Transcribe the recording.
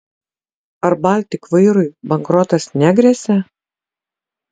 ar baltik vairui bankrotas negresia